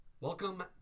Welcome